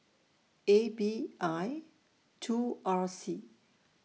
A B I two R C